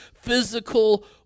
physical